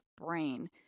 brain